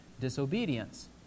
disobedience